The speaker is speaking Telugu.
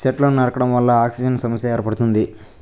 సెట్లను నరకడం వల్ల ఆక్సిజన్ సమస్య ఏర్పడుతుంది